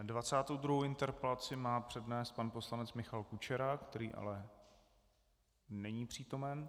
Dvacátou druhou interpelaci má přednést pan poslanec Michal Kučera, který ale není přítomen.